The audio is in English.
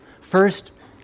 first